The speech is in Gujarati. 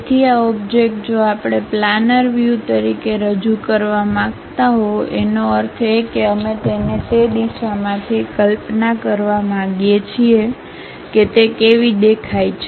તેથી આ ઓબ્જેક્ટ જો આપણે પ્લાનર વ્યૂ તરીકે રજૂ કરવા માંગતા હો એનો અર્થ એ કે અમે તેને તે દિશામાંથી કલ્પના કરવા માંગીએ છીએ કે તે કેવી દેખાય છે